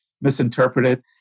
misinterpreted